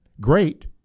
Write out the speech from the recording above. great